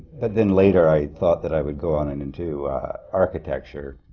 but then later, i thought that i would go on and into architecture,